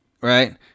Right